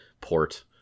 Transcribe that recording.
port